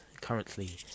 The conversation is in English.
currently